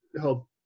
help